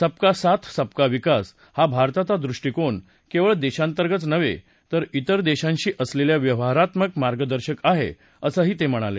सबका साथ सबका विकास हा भारताचा दृष्टीकोन केवळ देशांतर्गतच नव्हे तर तिर देशांशी असलेल्या व्यवहारातही मार्गदर्शक आहे असं ते म्हणाले